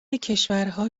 کشورها